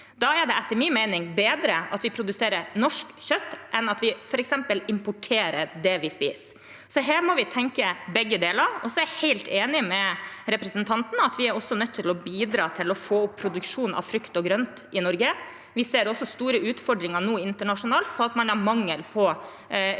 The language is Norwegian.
Da er det etter min mening bedre at vi produserer norsk kjøtt, enn at vi f.eks. importerer det vi spiser. Her må vi tenke begge deler. Så er jeg helt enig med representanten i at vi også er nødt til å bidra for å få opp produksjonen av frukt og grønt i Norge. Vi ser nå store utfordringer internasjonalt med at man har mangel på grønnsaker